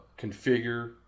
configure